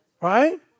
Right